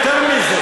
מזה: